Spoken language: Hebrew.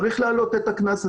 צריך להעלות את הקנס הזה.